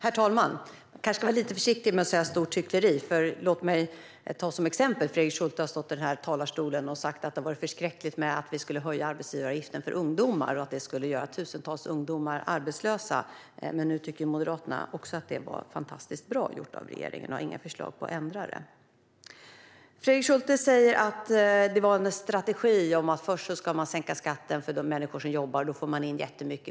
Fru talman! Man kanske ska vara lite försiktig med att säga "stort hyckleri". Låt mig ta som exempel att Fredrik Schulte stod i talarstolen och sa att det var förskräckligt att vi skulle höja arbetsgivaravgiften för ungdomar och att det skulle göra tusentals ungdomar arbetslösa. Men nu tycker också Moderaterna att det var fantastiskt bra gjort av regeringen, och de har inga förslag på att ändra det. Fredrik Schulte säger att det var en strategi att först sänka skatten för de människor som jobbar. Då får man in jättemycket.